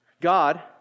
God